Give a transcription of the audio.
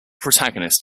protagonist